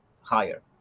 higher